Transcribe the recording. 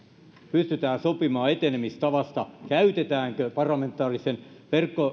pystytään sopimaan etenemistavasta käytetäänkö parlamentaarisen